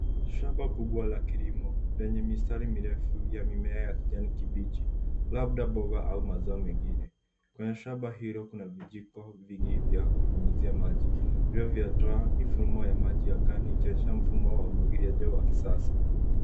Shamba kubwa la kilimo, lenye mistari mirefu ya mimea ya kijani kibichi, labda mboga au mazao mengine. Kwenye shamba hilo kuna vijiko viliyojaa kunyunyizia maji. Vioo vyatoa mifumo ya maji ya angani ikionyesha mfumo wa umwagiliaji wa kisasa.